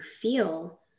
feel